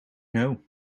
know